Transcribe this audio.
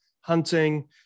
hunting